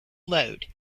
load